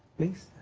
please,